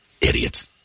idiots